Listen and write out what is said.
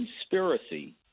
conspiracy